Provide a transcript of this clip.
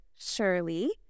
surely